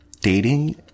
dating